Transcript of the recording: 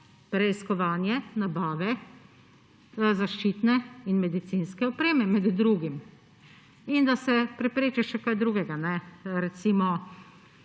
preiskovanje nabave zaščitne in medicinske opreme med drugim, in da se prepreči še kaj drugega. Recimo